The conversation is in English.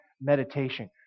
meditation